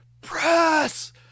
press